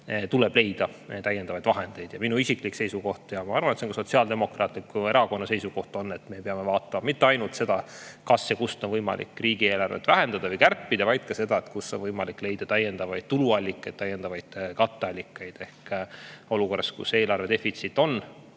tuleb leida täiendavaid vahendeid. Minu isiklik seisukoht on – ja ma arvan, et see on Sotsiaaldemokraatliku Erakonna seisukoht –, et me ei pea vaatama mitte ainult seda, kas ja [kui, siis] kust on võimalik riigieelarvet vähendada või kärpida, vaid ka seda, kust on võimalik leida täiendavaid tuluallikaid, täiendavaid katteallikaid. Olukorras, kus eelarve defitsiit on